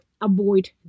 avoid